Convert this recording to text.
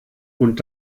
und